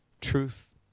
truth